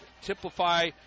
typify